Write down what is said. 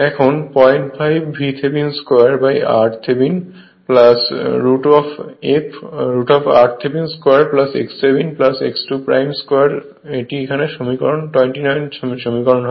এখন 05 VThevenin 2r Thevenin root of r থেভিনিনের 2 x Thevenin x 2 2 এটি 29 সমীকরণ